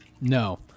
No